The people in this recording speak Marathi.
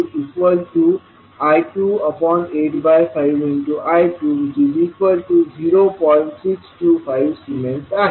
625S आहे